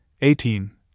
eighteen